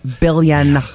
billion